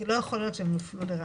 כי לא יכול להיות שהם יופלו לרעה.